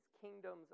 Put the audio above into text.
kingdoms